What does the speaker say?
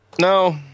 No